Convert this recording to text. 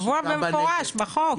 קבוע במפורש בחוק.